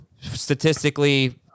statistically